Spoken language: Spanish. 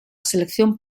selección